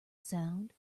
sound